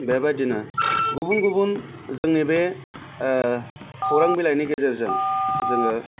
बेबादिनो गुबुन गुबुन जोंनि बे खौरां बिलाइनि गेजेरजों जोङो